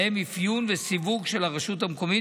ובהם אפיון וסיווג של הרשות המקומית